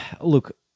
Look